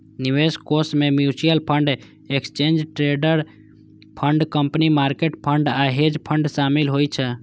निवेश कोष मे mutual fund, exchange traded fund, money market fund आ हेज फंड शामिल होइ छै